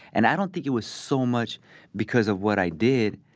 and i don't think it was so much because of what i did.